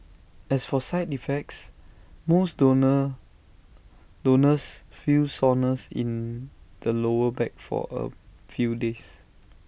as for side effects most donor donors feel soreness in the lower back for A few days